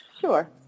Sure